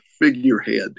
figurehead